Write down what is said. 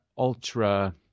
ultra